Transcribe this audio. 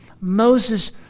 moses